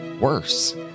worse